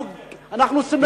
אנחנו שמחים שנסענו.